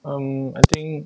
um I think